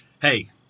Hey